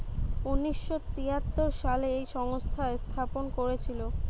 উনিশ শ তেয়াত্তর সালে এই সংস্থা স্থাপন করেছিল